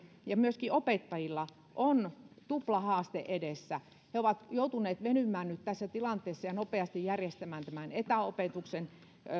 ja myöskin opettajilla on tuplahaaste edessä he ovat joutuneet venymään nyt tässä tilanteessa ja nopeasti järjestämään tämän etäopetuksen